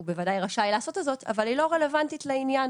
הוא בוודאי רשאי לעשות זאת אבל היא לא רלוונטית לעניין